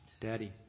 Daddy